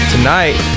Tonight